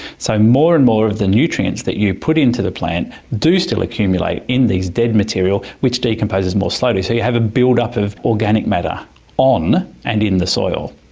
so more and more of the nutrients that you put into the plant do still accumulate in this dead material which decomposes more slowly, so you have a build-up of organic matter on and in the soil.